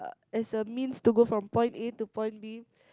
as a means to go from point A to point B